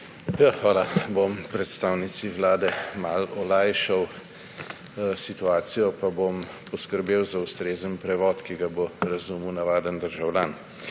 Hvala. Predstavnici Vlade bom malo olajšal situacijo pa bom poskrbel za ustrezen prevod, ki ga bo razumel navaden državljan.